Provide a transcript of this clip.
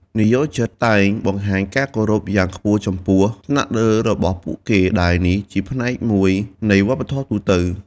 និយោជិតតែងបង្ហាញការគោរពយ៉ាងខ្ពស់ចំពោះថ្នាក់លើរបស់ពួកគេ ដែលនេះជាផ្នែកមួយនៃវប្បធម៌ទូទៅ។